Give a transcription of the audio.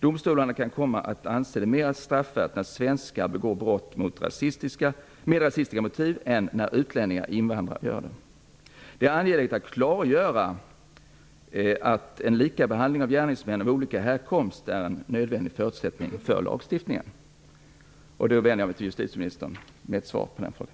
Domstolarna kan komma att anse det mera straffvärt när svenskar begår brott med rasistiska motiv än när utlänningar/invandrare gör det. Det är angeläget att klargöra att likabehandling av gärningsmän av olika härkomst är en nödvändig förutsättning för lagstiftningen. Jag vänder mig då till justitieministern och ber om ett svar på den punkten.